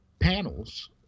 panels